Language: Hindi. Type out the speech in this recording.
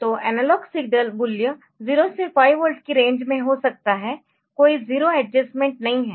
तो एनालॉग सिग्नल मूल्य 0 से 5 वोल्ट की रेंज में हो सकता है कोई 0 एडजस्टमेंट नहीं है